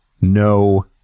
no